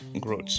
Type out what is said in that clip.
growth